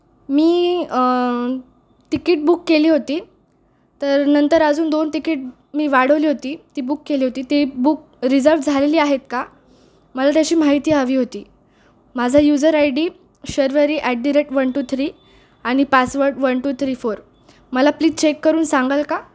मी ticket book केली होती तर नंतर अजून दोन तिकीट मी वाढवली होती ती बुक केली होती ती बुक रिझल्ट झालेली आहेत का मला त्याची माहिती हवी होती माझा user I D Sharvari at the rate one two three आणि password one two three four मला प्लीज चेक करून सांगाल का